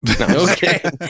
Okay